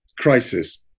crisis